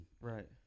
Right